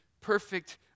perfect